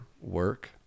work